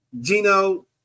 Gino